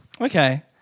okay